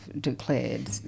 declared